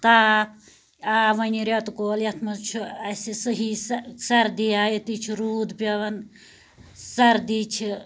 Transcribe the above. تاپھ آو وۄنۍ یہِ ریٚتہٕ کول یتھ مَنٛز چھُ اسہِ صحیٖح سردی آیہِ أتی چھُ روٗد پیٚوان سردی چھِ